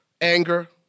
Anger